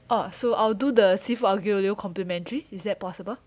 oh so I'll do the seafood aglio e olio complimentary is that possible